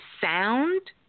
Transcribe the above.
sound